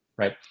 Right